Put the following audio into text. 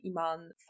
Iman